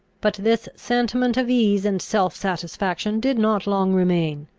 but this sentiment of ease and self-satisfaction did not long remain.